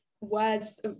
words